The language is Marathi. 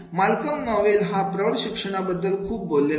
माल्कम नोवेल हा प्रौढ शिक्षणा बद्दल खूप बोललेला आहे